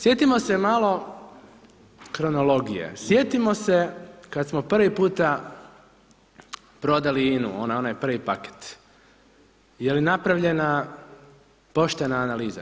Sjetimo se malo kronologije, sjetimo se kad smo prvi puta prodali INA-u, onaj prvi paket, je li napravljena poštena analiza?